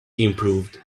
improved